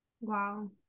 wow